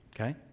okay